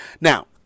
now